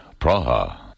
Praha